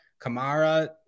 Kamara